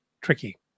tricky